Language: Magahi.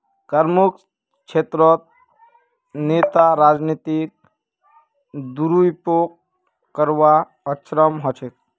करमुक्त क्षेत्रत नेता राजनीतिक दुरुपयोग करवात अक्षम ह छेक